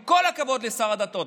עם כל הכבוד לשר הדתות.